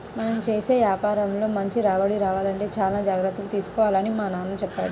మనం చేసే యాపారంలో మంచి రాబడి రావాలంటే చానా జాగర్తలు తీసుకోవాలని మా నాన్న చెప్పారు